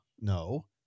no